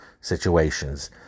situations